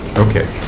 okay.